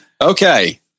Okay